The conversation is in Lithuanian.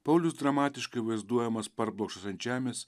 paulius dramatiškai vaizduojamas parblokštas ant žemės